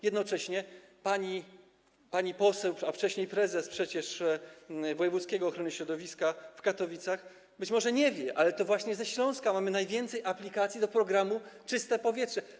Jednocześnie pani poseł, a wcześniej przecież prezes wojewódzkiego funduszu ochrony środowiska w Katowicach być może nie wie, ale to właśnie ze Śląska mamy najwięcej aplikacji do programu „Czyste powietrze”